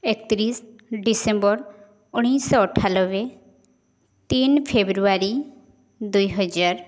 ଏକତିରିଶି ଡିସେମ୍ବର ଉଣେଇଶ ଅଠାନବେ ତିନି ଫେବୃଆରୀ ଦୁଇ ହଜାର